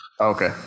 Okay